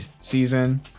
season